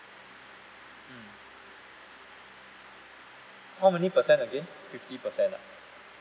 mm how many percent again fifty percent ah